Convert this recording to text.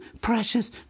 precious